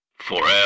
Forever